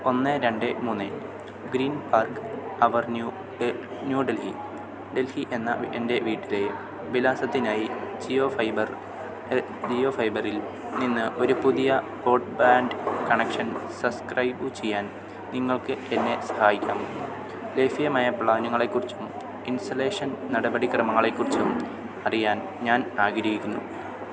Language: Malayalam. ഒന്ന് രണ്ട് മുന്ന് ഗ്രീൻ പാർക്ക് അവർ ന്യൂ ഡൽഹി ഡൽഹി എന്ന എൻ്റെ വീട്ടിലെ വിലാസത്തിനായി ജിയോ ഫൈബർ ജിയോ ഫൈബറിൽനിന്ന് ഒരു പുതിയ ബ്രോഡ്ബാൻ്റ് കണക്ഷൻ സസ്ക്രൈബു ചെയ്യാൻ നിങ്ങൾക്ക് എന്നെ സഹായിക്കാമോ ദേശീയമായ പ്ലാനുകളെ കുറിച്ചും ഇൻസലേഷൻ നടപടിക്രമങ്ങളെ കുറിച്ചും അറിയാൻ ഞാൻ ആഗ്രഹിക്കുന്നു